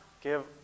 give